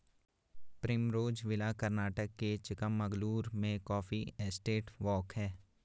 Primrose Villa Karnataka के चिकमगलूर में coffee estate walk हैं